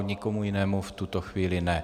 Nikomu jinému v tuto chvíli ne.